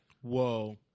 whoa